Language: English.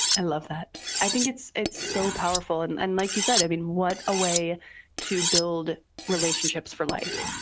and love that. i think it's it's so powerful and and like you said, i mean, what a way to build relationships for life,